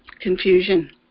confusion